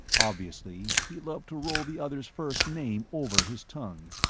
obviously, he loved to roll the other's first name over his tongue.